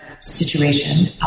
Situation